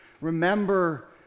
Remember